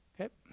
Okay